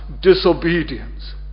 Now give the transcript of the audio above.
disobedience